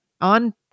on